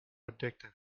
addictive